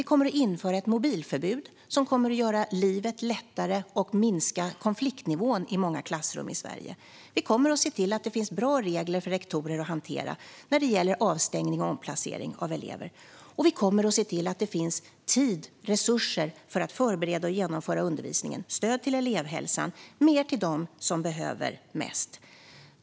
Vi kommer att införa ett mobilförbud, som kommer att göra livet lättare och minska konfliktnivån i många klassrum i Sverige. Vi kommer att se till att det finns bra regler för rektorer att hantera när det gäller avstängning och omplacering av elever. Och vi kommer att se till att det finns tid och resurser för att förbereda och genomföra undervisningen, stöd till elevhälsan och mer till dem som behöver mest.